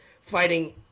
fighting